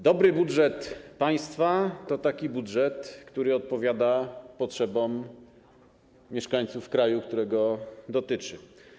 Dobry budżet państwa to taki budżet, który odpowiada potrzebom mieszkańców kraju, którego dotyczy.